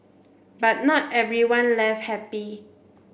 but not everyone left happy